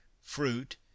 fruit